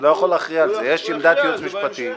לא יכול להכריע בזה, יש עמדת ייעוץ משפטי,